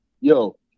yo